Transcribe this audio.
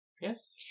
Yes